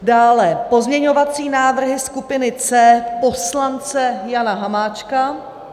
dále pozměňovací návrhy skupiny C poslance Jana Hamáčka;